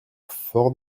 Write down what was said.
fort